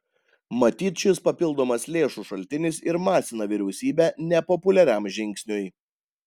matyt šis papildomas lėšų šaltinis ir masina vyriausybę nepopuliariam žingsniui